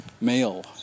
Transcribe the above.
male